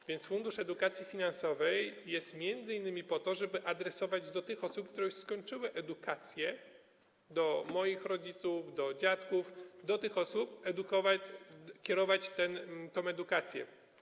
A więc Fundusz Edukacji Finansowej jest m.in. po to, żeby to adresować do tych osób, które już skończyły edukację, do moich rodziców, do dziadków, do tych osób kierować tę edukację.